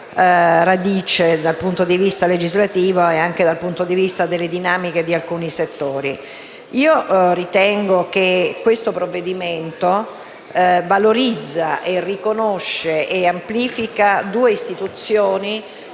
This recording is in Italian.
effettiva radice, dal punto di vista legislativo e anche dal punto di vista delle dinamiche di alcuni settori. Ritengo che questo provvedimento valorizzi, riconosca e amplifichi due istituzioni